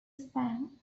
span